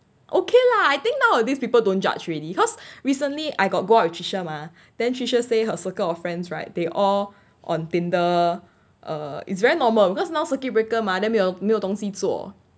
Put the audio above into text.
okay lah I think nowadays people don't judge already cause recently I got go out with tricia mah then she just say her circle of friends right they all on Tinder err it's very normal because now circuit breaker mah then 没有没有东西做